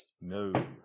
No